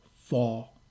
fall